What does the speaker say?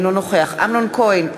אינו נוכח אמנון כהן,